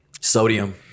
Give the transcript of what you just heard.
sodium